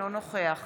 אינו נוכח